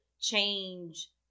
change